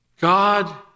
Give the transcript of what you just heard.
God